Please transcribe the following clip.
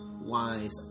wise